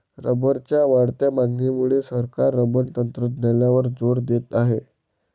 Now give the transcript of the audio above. रबरच्या वाढत्या मागणीमुळे सरकार रबर तंत्रज्ञानावर जोर देत आहे